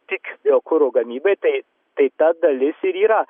tik biokuro gamybai tai tai ta dalis ir yra